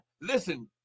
Listen